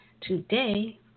today